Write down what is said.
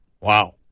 wow